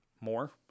more